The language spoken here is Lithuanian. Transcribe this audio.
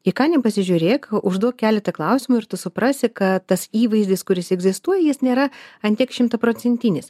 į ką nepasižiūrėk užduok keletą klausimų ir tu suprasi kad tas įvaizdis kuris egzistuoja jis nėra ant tik šimtaprocentinis